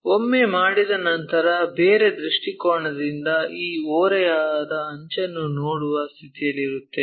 ಒಮ್ಮೆ ಮಾಡಿದ ನಂತರ ಬೇರೆ ದೃಷ್ಟಿಕೋನದಿಂದ ಈ ಓರೆಯಾದ ಅಂಚನ್ನು ನೋಡುವ ಸ್ಥಿತಿಯಲ್ಲಿರುತ್ತೇವೆ